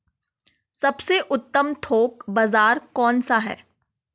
सबसे उत्तम थोक बाज़ार कौन सा है?